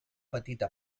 petita